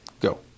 go